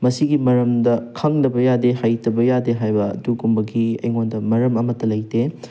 ꯃꯁꯤꯒꯤ ꯃꯔꯝꯗ ꯈꯪꯗꯕ ꯌꯥꯗꯦ ꯍꯩꯇꯕ ꯌꯥꯗꯦ ꯍꯥꯏꯕ ꯑꯗꯨꯒꯨꯝꯕꯒꯤ ꯑꯩꯉꯣꯟꯗ ꯃꯔꯝ ꯑꯃꯠꯇ ꯂꯩꯇꯦ